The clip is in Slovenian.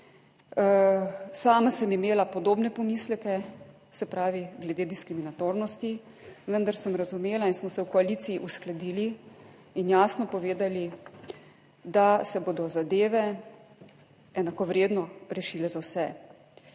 Sama sem imela podobne pomisleke, se pravi ,glede diskriminatornosti, vendar sem razumela in smo se v koaliciji uskladili in jasno povedali, da se bodo zadeve enakovredno rešile za vse,